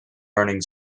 earning